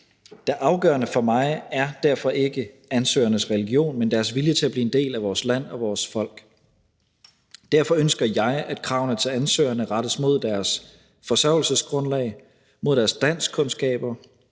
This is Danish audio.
Det afgørende for mig er derfor ikke ansøgernes religion, men deres vilje til at blive en del af vores land og vores folk. Derfor ønsker jeg, at kravene til ansøgerne rettes mod deres forsørgelsesgrundlag, deres danskkundskaber,